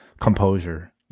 composure